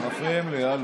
כי זה פוגע באזרחים שלי,